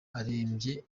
arembye